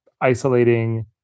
isolating